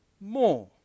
more